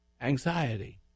anxiety